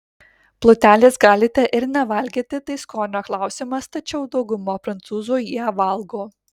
plutelės galite ir nevalgyti tai skonio klausimas tačiau dauguma prancūzų ją valgo